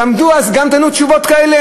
תעמדו אז, גם תענו תשובות כאלה?